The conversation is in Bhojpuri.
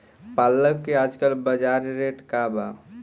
पालक के आजकल बजार रेट का बा?